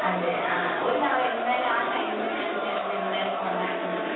അതെ ആ ഒരു തവണ എന്തായാലും ആ ടൈമിൽ ഞാൻ ചേട്ടനെ എന്തായാലും കോൺടാക്ട് ചെയ്യാം